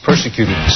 Persecuted